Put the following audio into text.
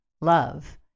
love